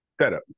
setup